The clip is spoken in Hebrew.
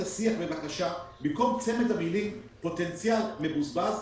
השיח ובמקום צמד המלים פוטנציאל מבוזבז,